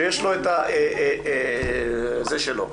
שיש לו את הפיקוח שלו.